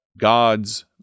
god's